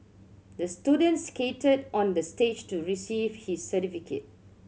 the student skated on the stage to receive his certificate